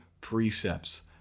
precepts